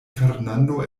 fernando